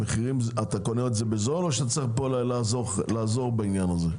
אתה קונה את זה בזול או שצריך פה לעזור בעניין הזה.